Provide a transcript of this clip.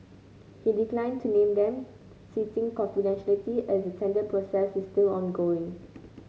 he declined to name them citing confidentiality as the tender process is still ongoing